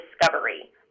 discovery